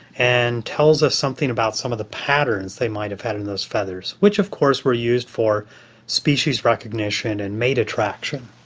and tells us something about some of the patterns they might have had in those feathers, which of course were used for species recognition and mate attraction.